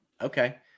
Okay